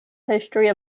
history